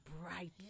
bright